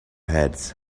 heads